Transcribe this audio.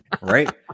right